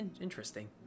Interesting